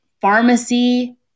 pharmacy